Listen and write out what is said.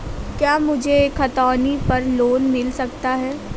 क्या मुझे खतौनी पर लोन मिल सकता है?